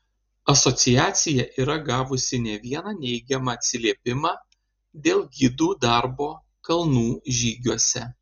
asociacija yra gavusi ne vieną neigiamą atsiliepimą dėl gidų darbo kalnų žygiuose